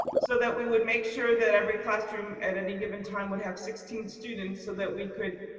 so that we would make sure that every classroom at any given time would have sixteen students so that we could